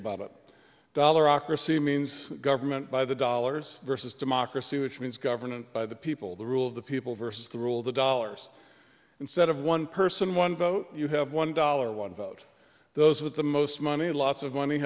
ocracy means government by the dollars versus democracy which means government by the people the rule of the people versus the rule of the dollars instead of one person one vote you have one dollar one vote those with the most money lots of money